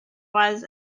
was